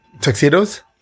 Tuxedos